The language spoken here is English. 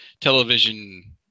television